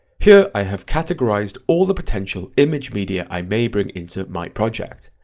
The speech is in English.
here i have categorized all the potential image media i may bring into my project.